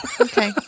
Okay